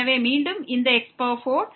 எனவே மீண்டும் இந்த x4